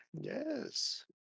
yes